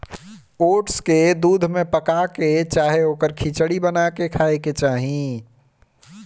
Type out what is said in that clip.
oats के दूध में पका के चाहे ओकर खिचड़ी बना के खाए के चाही